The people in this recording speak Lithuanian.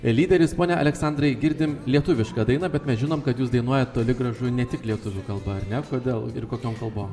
lyderis pone aleksandrai girdim lietuvišką dainą bet mes žinom kad jūs dainuojat toli gražu ne tik lietuvių kalba ar ne kodėl ir kokiom kalbom